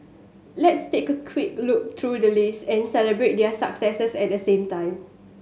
let's take a quick look through the list and celebrate their successes at the same time